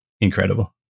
incredible